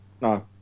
No